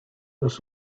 los